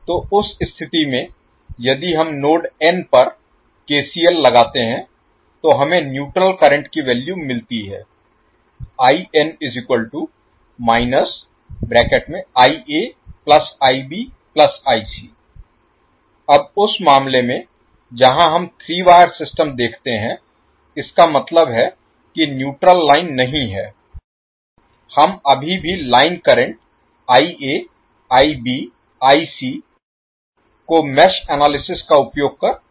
तो उस स्थिति में यदि हम नोड N पर KCL लगाते हैं तो हमें न्यूट्रल करंट की वैल्यू मिलती है अब उस मामले में जहां हम 3 वायर सिस्टम देखते हैं इसका मतलब है कि न्यूट्रल लाइन नहीं है हम अभी भी लाइन करंट को मेष एनालिसिस का उपयोग कर पा सकते हैं